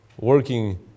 working